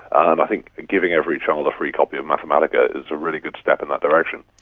and i think giving every child a free copy of mathematica is a really good step in that direction.